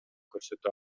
көрсөтө